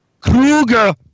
Kruger